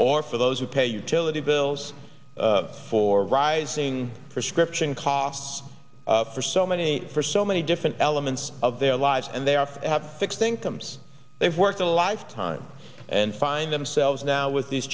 or for those who pay utility bills for rising prescription costs for so many for so many different elements of their lives and they often have fixed incomes they've worked a lifetime and find themselves now with these